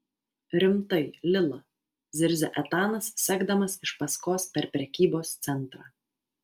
rimtai lila zirzia etanas sekdamas iš paskos per prekybos centrą